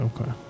Okay